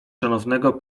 szanownego